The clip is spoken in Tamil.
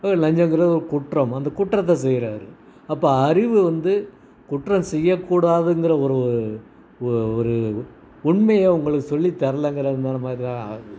இப்போ லஞ்சங்கிறது ஒரு குற்றம் அந்த குற்றத்தை செய்யறாரு அப்போ அறிவு வந்து குற்றம் செய்யக்கூடாதுங்கிற ஒரு ஒ ஒரு உண்மையை அவங்களுக்கு சொல்லித்தரலைங்குறதுமாரிதான்